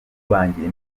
banjye